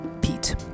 Pete